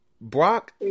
Brock